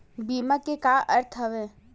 बीमा के का अर्थ हवय?